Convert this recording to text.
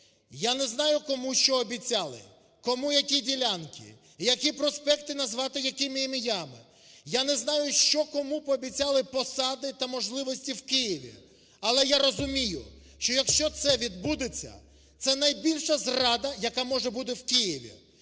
Я не знаю кому, що обіцяли, кому, які ділянки, які проспекти назвати, якими ім'ями, я не знаю, що кому пообіцяли посади та можливості в Києві. Але я розумію, що, якщо це відбудеться, це найбільша зрада, яка може бути в Києві.